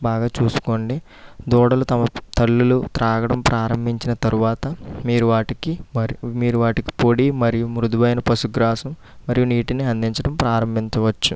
బాగా చూసుకోండి దూడలు తమ తల్లులు త్రాగడం ప్రారంభించిన తరువాత మీరు వాటికి వా మీరు వాటికి పొడి మరియు మృదువైన పశుగ్రాసం మరియు నీటిని అందించడం ప్రారంభించవచ్చు